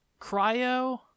Cryo